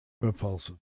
Repulsive